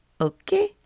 okay